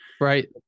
Right